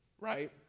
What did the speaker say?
right